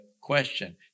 question